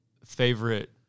Favorite